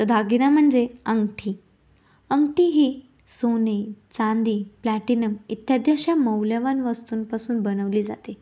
तर दागिना म्हणजे अंगठी अंगटी ही सोने चांदी प्लॅटिनम इत्यादी अशा मौल्यवान वस्तूंपासून बनवली जाते